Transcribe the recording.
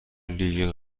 لیگ